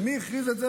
ומי הכריז את זה?